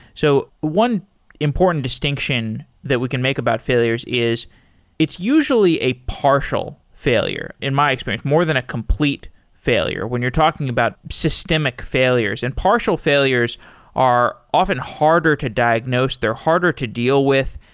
so one important distinction that we can make about failures is it's usually a partial failure in my experience, more than a complete failure. when you're talking about systemic failures and partial failures are often harder to diagnose. they're harder to deal with.